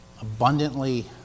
abundantly